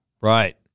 right